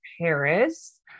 Paris